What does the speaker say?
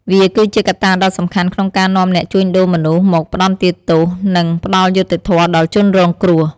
វាគឺជាកត្តាដ៏សំខាន់ក្នុងការនាំអ្នកជួញដូរមនុស្សមកផ្តន្ទាទោស និងផ្តល់យុត្តិធម៌ដល់ជនរងគ្រោះ។